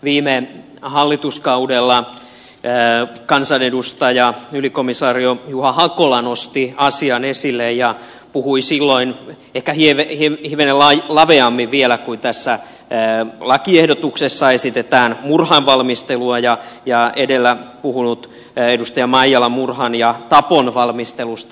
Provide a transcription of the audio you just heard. viime hallituskaudella kansanedustaja ylikomisario juha hakola nosti asian esille ja puhui silloin ehkä hivenen laveammin vielä kuin mitä tässä lakiehdotuksessa esitetään murhan valmistelusta ja edellä puhunut edustaja maijala puhui murhan ja tapon valmistelusta